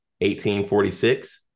1846